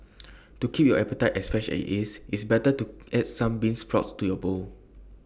to keep your appetite as fresh as IT is it's better to add some bean sprouts to your bowl